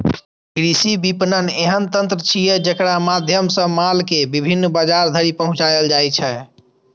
कृषि विपणन एहन तंत्र छियै, जेकरा माध्यम सं माल कें विभिन्न बाजार धरि पहुंचाएल जाइ छै